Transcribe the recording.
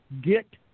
get